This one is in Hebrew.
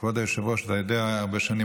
כבוד היושב-ראש, אתה יודע, הרבה שנים.